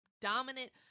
dominant